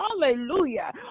hallelujah